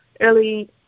early